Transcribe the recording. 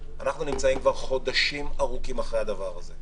אנחנו נמצאים כבר חודשים ארוכים אחרי הדבר הזה.